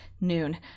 noon